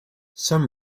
some